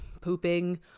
pooping